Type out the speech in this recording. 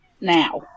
now